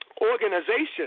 organization